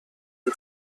del